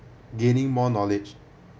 gaining more knowledge